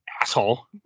asshole